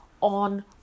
on